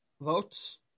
votes